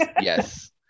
yes